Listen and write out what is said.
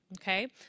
Okay